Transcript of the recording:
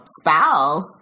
spouse